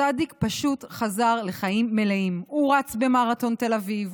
צ' פשוט חזר לחיים מלאים: הוא רץ במרתון תל אביב,